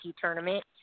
tournament